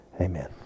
amen